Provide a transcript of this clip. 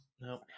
nope